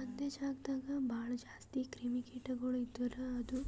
ಒಂದೆ ಜಾಗದಾಗ್ ಭಾಳ ಜಾಸ್ತಿ ಕ್ರಿಮಿ ಕೀಟಗೊಳ್ ಇದ್ದುರ್ ಅದು